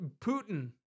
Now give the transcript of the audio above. putin